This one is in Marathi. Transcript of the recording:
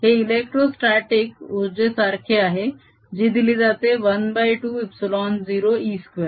हे इलेक्ट्रोस्ताटीक उर्जेसारखे आहे जी दिली जाते ½ ε0E2